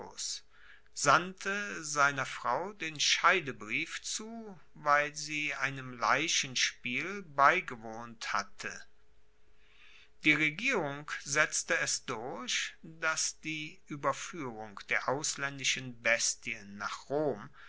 sandte seiner frau den scheidebrief zu weil sie einem leichenspiel beigewohnt hatte die regierung setzte es durch dass die ueberfuehrung der auslaendischen bestien nach rom